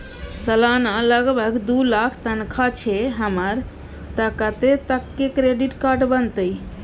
सलाना लगभग दू लाख तनख्वाह छै हमर त कत्ते तक के क्रेडिट कार्ड बनतै?